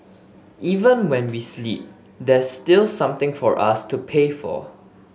even when we sleep there's still something for us to pay for